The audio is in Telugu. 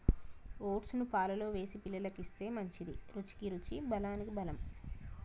ఓట్స్ ను పాలల్లో వేసి పిల్లలకు ఇస్తే మంచిది, రుచికి రుచి బలానికి బలం